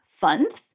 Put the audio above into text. funds